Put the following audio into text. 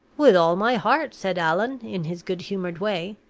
with all my heart, said allan, in his good-humored way.